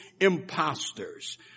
imposters